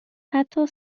حتی